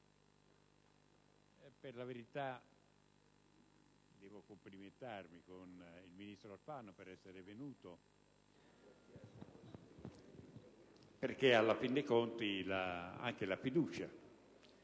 per la verità devo complimentarmi con il ministro Alfano per essere venuto in Aula, perché in fin dei conti anche la questione